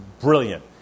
brilliant